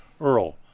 Earl